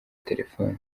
telefone